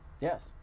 Yes